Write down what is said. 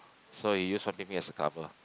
so he use Fan Bing Bing as a cover